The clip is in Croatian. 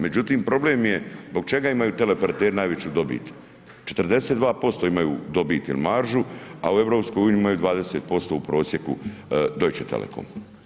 Međutim, problem je zbog čega imaju teleoperateri najveću dobit, 42% imaju dobit il maržu, a u EU imaju 20% u prosjeku Deutsche telekom.